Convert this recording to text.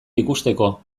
ikusteko